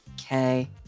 Okay